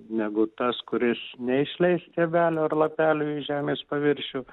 negu tas kuris neišleis stiebelio ar lapelio į žemės paviršių